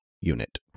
unit